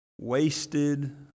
wasted